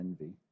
envy